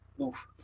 Oof